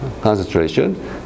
concentration